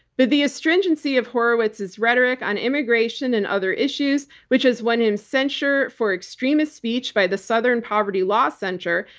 but the astringency of horowitz's rhetoric on immigration and other issues, which has won him censure for extremist speech by the southern poverty law center,